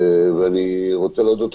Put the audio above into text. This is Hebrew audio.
אני רוצה להודות לך,